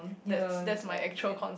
ya like ya